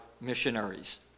missionaries